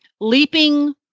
leaping